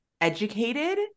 educated